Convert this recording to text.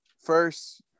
first